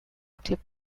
clip